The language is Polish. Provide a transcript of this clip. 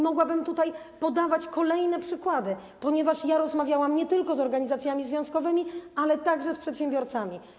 Mogłabym podawać kolejne przykłady, ponieważ rozmawiałam nie tylko z organizacjami związkowymi, ale także z przedsiębiorcami.